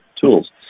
tools